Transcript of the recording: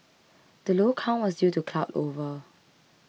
the low count was due to cloud over